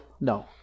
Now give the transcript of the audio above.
no